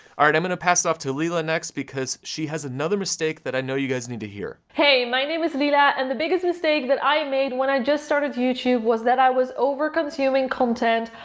all right i'm gonna pass off to lila next, because she has another mistake, that i know you guys need to hear. hey, my name is lila, and the biggest mistake that i made when i just started youtube, was that i was over consuming content,